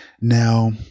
now